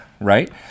right